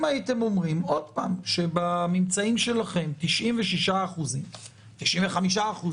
אם הייתם אומרים שבממצאים שלכם 96% או 95%